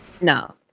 No